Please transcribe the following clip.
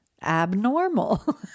abnormal